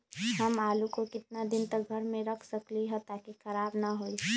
हम आलु को कितना दिन तक घर मे रख सकली ह ताकि खराब न होई?